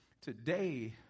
today